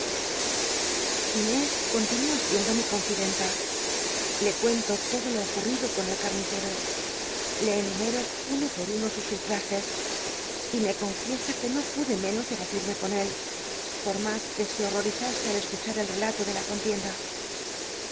inés continúa siendo mi confidenta te cuento todo lo ocurrido con el camiceo le en uno por uno sus ullajes y me confiesa que no pude menos de balil'me co n él por mas que se hol'l'orizase al escuchar el elato de la contienda